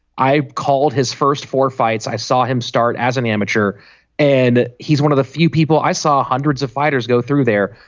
i called his first four fights i saw him start as an amateur and he's one of the few people i saw hundreds of fighters go through there.